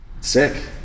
sick